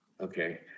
okay